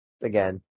again